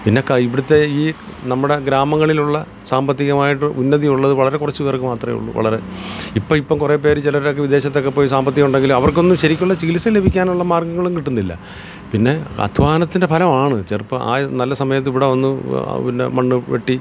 പിന്നെ ക ഇവിടുത്തെ ഈ നമ്മുടെ ഗ്രാമങ്ങളിലുള്ള സാമ്പത്തികമായിട്ട് ഉന്നതിയുള്ളത് വളരെ കുറച്ച് പേർക്ക് മാത്രമേ ഉള്ളൂ വളരെ ഇപ്പോൾ ഇപ്പോൾ കുറേ പേറ് ചിലരൊക്കെ വിദേശത്തൊക്കെ പോയി സാമ്പത്തിക ഉണ്ടെങ്കിലും അവർക്കൊന്നും ശരിക്കുള്ള ചികിത്സ ലഭിക്കാനുള്ള മാർഗങ്ങളും കിട്ടുന്നില്ല പിന്നെ അധ്വാനത്തിൻ്റെ ഫലമാണ് ചെറുപ്പം ആയ നല്ല സമയത്ത് ഇവിടെ വന്ന് പിന്നെ മണ്ണ് വെട്ടി